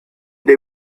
they